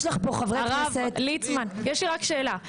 הרב ליצמן יש לי רק שאלה,